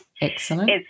Excellent